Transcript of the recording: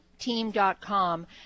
team.com